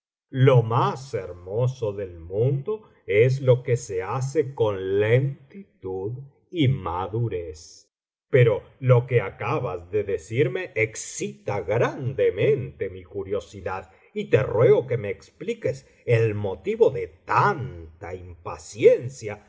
lo más hermoso del mundo es lo que se hace con lentitud y madurez pero lo que acabas de decirme excita grandemente mi curiosidad y te ruego que me expliques el motivo de tanta impaciencia